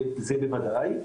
זה בוודאי,